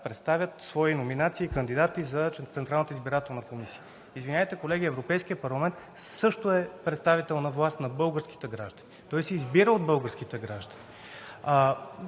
представят свои номинации и кандидати за членове на Централната избирателна комисия. Извинявайте, колеги, Европейският парламент също е представител на власт на българските граждани. Той се избира от българските граждани,